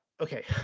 okay